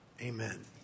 Amen